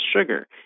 sugar